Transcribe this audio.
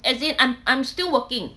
as in I'm I'm still working